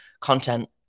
content